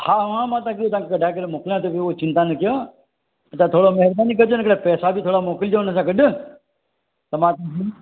हा हा मां तव्हांखे कढाए करे मोकलांव थो पियो चिंता न कयो तव्हां थोरो महिरबानी कॼो हिकिड़ो पैसा बि थोरा मोकिलजो हुनसां गॾु त मां